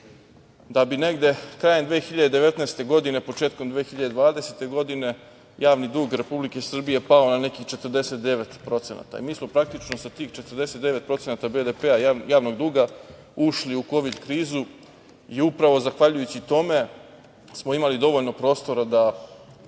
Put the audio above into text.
da bi negde krajem 2019. godine, početkom 2020. godine javni dug Republike Srbije pao na nekih 49%.Mi smo praktično sa tih 49% BDP javnog duga ušli u Kovid krizu i upravo zahvaljujući tome smo imali dovoljno prostora da